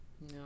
no